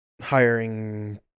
hiring